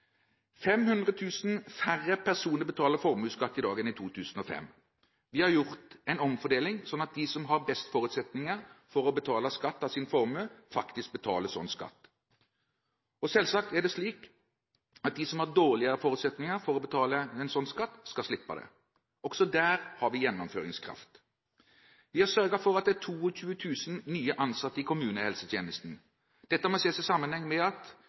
000 færre personer betaler formuesskatt i dag enn i 2005. Vi har gjort en omfordeling, sånn at de som har best forutsetning for å betale skatt av sin formue, faktisk betaler slik skatt. Og selvsagt er det slik at de som har dårligere forutsetninger for å betale en sånn skatt, skal slippe det. Også der har vi gjennomføringskraft. Vi har sørget for at det er 22 000 nye ansatte i kommunehelsetjenesten. Dette må ses i sammenheng med at